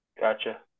Gotcha